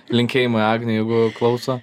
linkėjimai agniui jeigu klauso